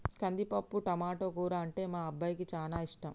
కందిపప్పు టమాటో కూర అంటే మా అబ్బాయికి చానా ఇష్టం